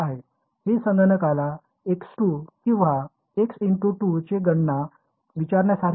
हे संगणकाला x2 किंवा 2 × x ची गणना विचारण्यासारखे नाही